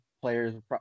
players